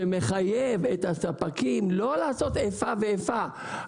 שמחייב את הספקים לא לעשות איפה ואיפה,